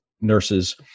nurses